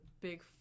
big